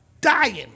dying